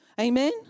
Amen